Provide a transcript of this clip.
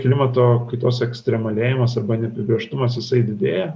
klimato kaitos ekstremalėjimas arba neapibrėžtumas jisai didėja